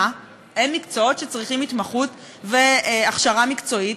הם מקצועות שצריכים התמחות והכשרה מקצועית?